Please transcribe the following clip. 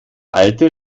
alte